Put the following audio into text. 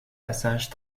passages